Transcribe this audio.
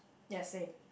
yes same